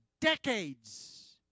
decades